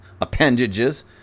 appendages